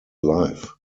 life